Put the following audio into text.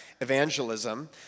evangelism